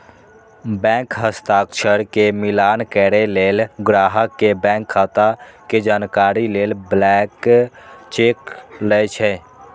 bank हस्ताक्षर के मिलान करै लेल, ग्राहक के बैंक खाता के जानकारी लेल ब्लैंक चेक लए छै